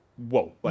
whoa